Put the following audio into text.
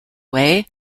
way